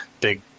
Big